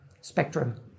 spectrum